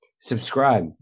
Subscribe